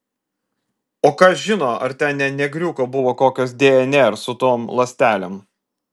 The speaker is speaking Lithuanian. o kas žino ar ten ne negriuko buvo kokios dnr su tom ląstelėm